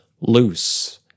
loose